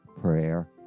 prayer